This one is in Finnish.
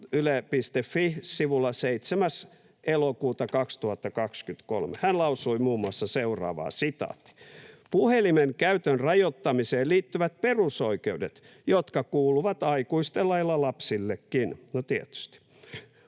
vuosi sitten, 7. elokuuta 2023. Hän lausui muun muassa seuraavaa: ”Puhelimen käytön rajoittamiseen liittyvät perusoikeudet, jotka kuuluvat aikuisten lailla lapsillekin.” No, tietysti.